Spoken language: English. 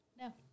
no